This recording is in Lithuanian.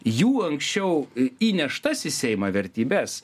jų anksčiau įneštas į seimą vertybes